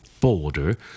border